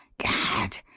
gad!